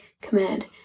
command